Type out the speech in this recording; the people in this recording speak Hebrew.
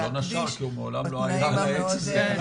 הוא לא נשר, כי הוא מעולם לא היה על העץ הזה.